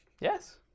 Yes